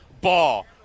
ball